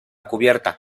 cubierta